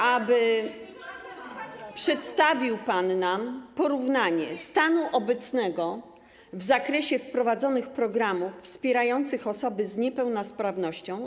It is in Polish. aby przedstawił pan nam porównanie stanu obecnego w zakresie wprowadzonych programów wspierających osoby z niepełnosprawnością.